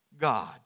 God